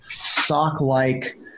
stock-like